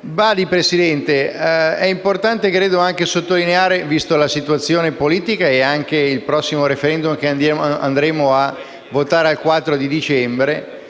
Signor Presidente, è importante anche fare una sottolineatura, vista la situazione politica e anche il prossimo *referendum* del 4 dicembre.